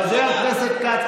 חבר הכנסת כץ,